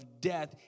death